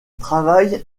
travail